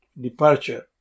departure